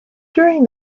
during